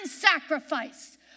sacrifice